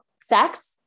sex